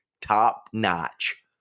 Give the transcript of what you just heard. top-notch